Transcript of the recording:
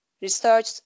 research